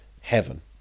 heaven